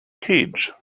cage